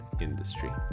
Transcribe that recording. industry